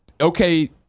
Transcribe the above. okay